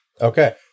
Okay